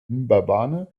mbabane